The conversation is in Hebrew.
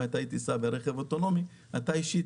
מתי תוכל לנסוע ברכב אוטונומי אתה אישית